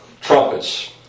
Trumpets